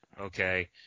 Okay